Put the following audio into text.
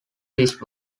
lisbon